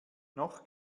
noch